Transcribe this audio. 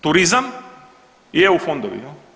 Turizam i EU fondovi.